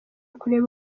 kureba